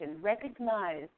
Recognize